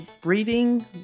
breeding